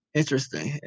interesting